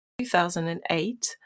2008